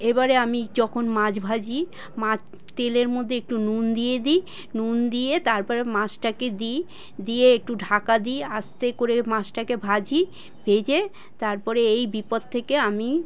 এবারে আমি যখন মাছ ভাজি তেলের মধ্যে একটু নুন দিয়ে দিই নুন দিয়ে তারপরে মাছটাকে দিই দিয়ে একটু ঢাকা দিয়ে আস্তে করে মাছটাকে ভাজি ভেজে তারপরে এই বিপদ থেকে আমি